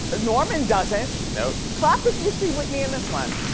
norman doesn't. no. clap if you see whitney in this one.